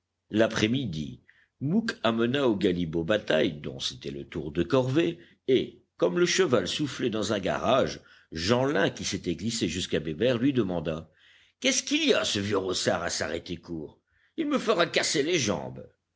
l'après-midi mouque amena aux galibots bataille dont c'était le tour de corvée et comme le cheval soufflait dans un garage jeanlin qui s'était glissé jusqu'à bébert lui demanda qu'est-ce qu'il a ce vieux rossard à s'arrêter court il me fera casser les jambes